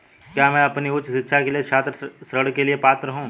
क्या मैं अपनी उच्च शिक्षा के लिए छात्र ऋण के लिए पात्र हूँ?